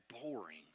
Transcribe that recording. boring